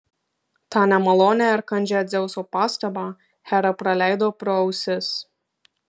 tą nemalonią ir kandžią dzeuso pastabą hera praleido pro ausis